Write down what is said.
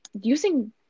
using